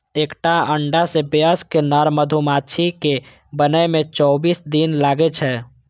एकटा अंडा सं वयस्क नर मधुमाछी कें बनै मे चौबीस दिन लागै छै